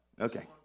Okay